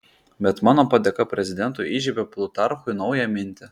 bet mano padėka prezidentui įžiebia plutarchui naują mintį